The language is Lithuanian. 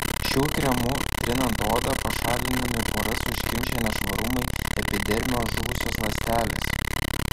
šiuo kremu trinant odą pašalinami poras užkimšę nešvarumai epidermio žuvusios ląstelės